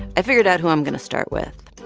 i figured out who i'm going to start with.